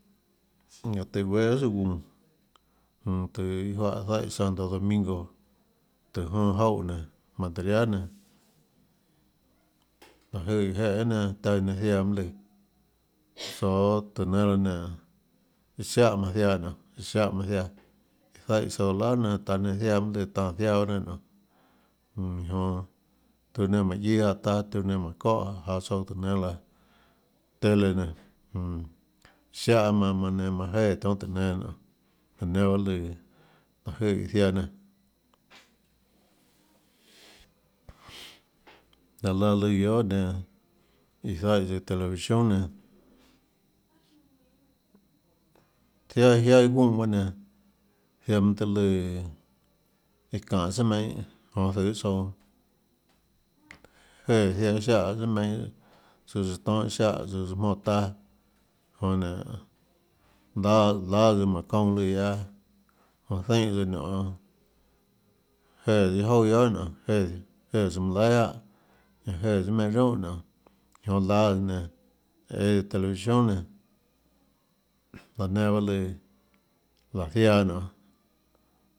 Ñanã tùhå guéâ guiohà søã guúnå jmm tùhå iâ zaíhã santo domingo tùhå jonã joúã nénå material nenã láå jøè iã jeè nenã taã iã nenã ziaã mønâ lùã tsoå tùhå nénâ laã nénå iã ziáhã nionê iã ziáhã manã ziaã iã zaíhã tsouã lap nenã taã nenã mønâ ziaã tanå ziaã pahâ nenã nionê jmm iã jonã tiuã iã nenã mánhå guiâ jaå taâ tiuã nenã mánhå çóhã jaå tsouã tùhå nénâ laã tele nenã jmm ziáhã manã manã nenã manã jéã tionhâ tùhå nénâ nionê laã nenã bahâ lùã láhå jøè iã ziaã nenã laã laã lùã guiohà nenã iã zaíhã televisión nenã jiáâ jiáâ iâ guúnã baâ nenã ziaã mønâ tøhê lùã iã çanê tsùà meinhâ jonå zøê tsouã jéã zaiã iâ ziáhã tsùà meinhâ søã søã tonhâ iâ ziáhã søã søã jmónã taâ jonã nénå láâ láâ tsøãjmánhå çounã lùã guiaâ jonã zeínã tsøã nionê jéã tsøã iâ jouà guiohà nionê jéã jéã tsøã manã laihà lahâ ñanã jéã tsùà meinhâ roúnhà nionê iã jonã láâ tsøã nenã õâ televisión nenã laå nenã bahâ lùã láhå ziaã nionê.